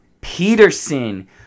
Peterson